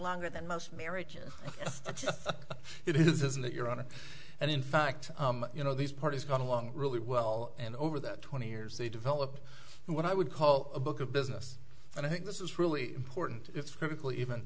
longer than most marriages it isn't that you're on it and in fact you know these parties going along really well and over that twenty years they develop what i would call a book of business and i think this is really important it's critically even